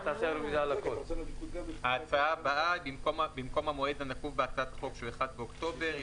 הצעה במקום ירידה של 70% במחזור הכנסות 80%,